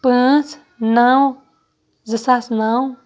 پٲنٛژھ نَو زٕ ساس نَو